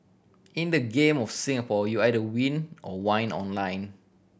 in the game of Singapore you either win or whine online